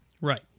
Right